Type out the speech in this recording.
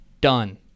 done